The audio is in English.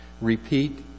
Repeat